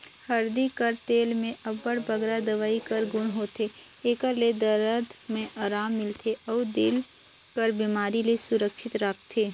हरदी कर तेल में अब्बड़ बगरा दवई कर गुन होथे, एकर ले दरद में अराम मिलथे अउ दिल कर बेमारी ले सुरक्छित राखथे